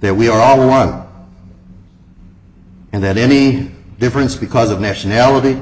that we are all one and that any difference because of nationality